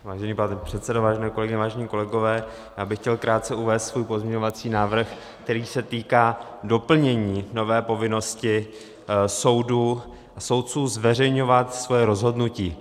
Vážený pane předsedo, vážené kolegyně, vážení kolegové, já bych chtěl krátce uvést svůj pozměňovací návrh, který se týká doplnění nové povinnosti soudů a soudců zveřejňovat svoje rozhodnutí.